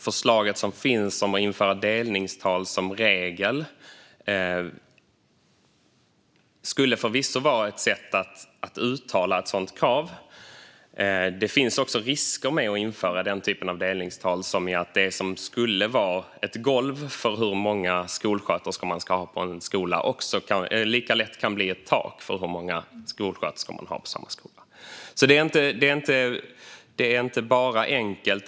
Förslaget som finns om att införa delningstal som regel skulle förvisso vara ett sätt att uttala ett sådant krav. Det finns också risker med att införa den typen av delningstal, och det är att det som skulle vara ett golv för hur många skolsköterskor man ska ha på en skola lika lätt kan bli ett tak för hur många skolsköterskor man har på samma skola. Det är alltså inte bara enkelt.